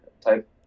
type